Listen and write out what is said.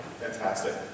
fantastic